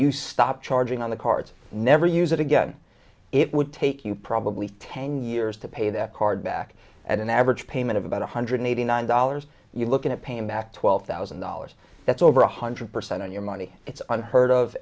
you stop charging on the cards never use it again it would take you probably ten years to pay that card back at an average payment of about one hundred eighty nine dollars you're looking at pay mack twelve thousand dollars that's over one hundred percent on your money it's unheard of